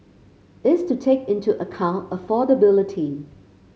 is to take into account affordability